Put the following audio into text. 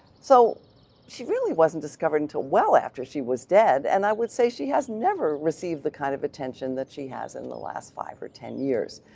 so she really wasn't discovered until well after she was dead and i would say she has never received the kind of attention that she has in the last five or ten years.